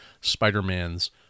Spider-Man's